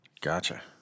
Gotcha